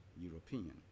European